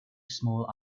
small